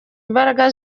imbaraga